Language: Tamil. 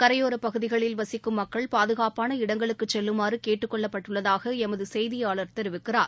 கரையோரப் பகுதிகளில் வசிக்கும் மக்கள் பாதுகாப்பான இடங்களுக்கு செல்லுமாறு கேட்டுக் கொள்ளப்பட்டுள்ளதாக எமது செய்தியாளர் தெரிவிக்கிறார்